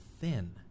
thin